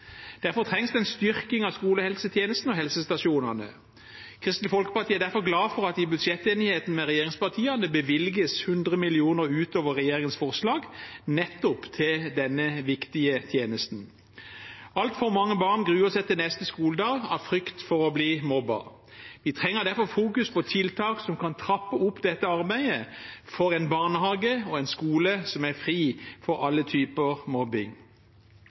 Derfor trengs det en styrking av skolehelsetjenesten og helsestasjonene. Kristelig Folkeparti er derfor glad for at det etter budsjettenigheten med regjeringspartiene bevilges 100 mill. kr utover regjeringens forslag til nettopp denne viktige tjenesten. Altfor mange barn gruer seg til neste skoledag av frykt for å bli mobbet. Vi trenger derfor å fokusere på tiltak som kan trappe opp dette arbeidet for en barnehage og en skole som er fri for alle typer